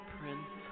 Prince